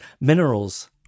Minerals